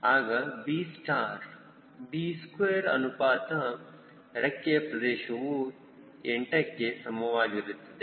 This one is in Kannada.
ಆಗ b ಸ್ಕ್ವೇರ್ ಅನುಪಾತ ರೆಕ್ಕೆಯ ಪ್ರದೇಶವು 8ಕ್ಕೆ ಸಮವಾಗಿರುತ್ತದೆ